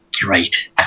great